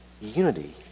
unity